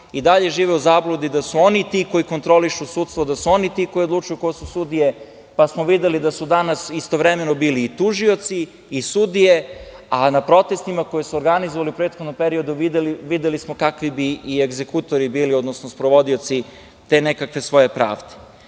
i dalje žive u zabludi da su oni ti koji kontrolišu sudstvo, da su oni ti koji odlučuju ko su sudije. Videli smo da su danas istovremeno bili i tužioci, i sudije, a na protestima koji su organizovali u prethodnom periodu videli smo kakvi bi i egzekutori bili, odnosno sprovodioci te nekakve svoje pravde. Onda